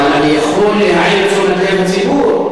אבל אני יכול להעיר את תשומת לב הציבור,